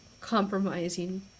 compromising